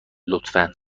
لطفا